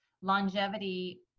longevity